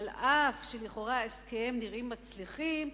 אף שלכאורה הם נראים מצליחים,